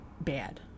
bad